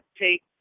take